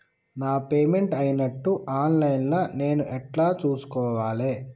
నా పేమెంట్ అయినట్టు online లా నేను ఎట్ల చూస్కోవాలే?